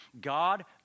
God